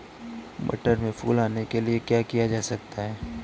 मटर में फूल आने के लिए क्या किया जा सकता है?